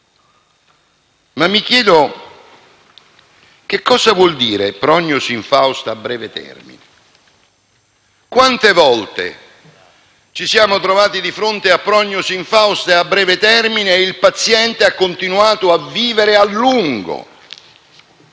ma mi chiedo che cosa voglia dire, all'articolo 2, «prognosi infausta a breve termine». Quante volte ci siamo trovati di fronte a prognosi infauste a breve termine e il paziente ha continuato a vivere a lungo.